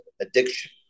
addiction